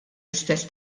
istess